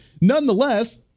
Nonetheless